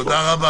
תודה.